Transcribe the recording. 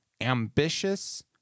ambitious